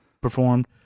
performed